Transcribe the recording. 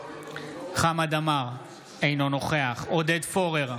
חמד עמאר, אינו נוכח עודד פורר,